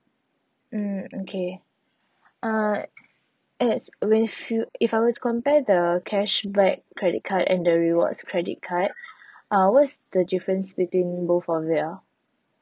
mm okay uh yes if you if I were to compare the cashback credit card and the rewards credit card uh what's the difference between both of it ah